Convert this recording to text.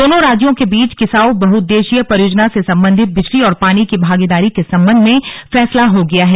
दोनों राज्यों के बीच किसाऊ बहउद्देश्यीय परियोजना से सम्बन्धित बिजली और पानी की भागीदारी के सम्बन्ध में निर्णय हो गया है